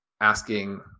asking